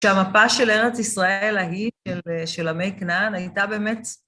שהמפה של ארץ ישראל, ההיא, של עמי כנען, הייתה באמת...